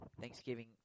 Thanksgiving